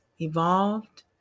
evolved